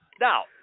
Now